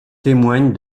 témoignent